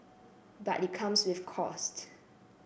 but it comes with costs